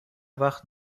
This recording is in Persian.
وقت